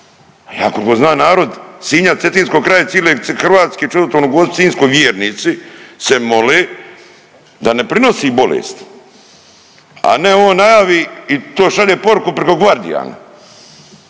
kolko znam narod Sinja, Cetinskog kraja cile Hrvatske Čudotvornoj Gospi Sinjskoj vjernici se mole da ne prinosi bolest, a ne on najavi i to šalje poruku preko gvardijana.